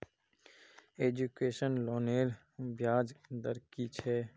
Education लोनेर ब्याज दर कि छे?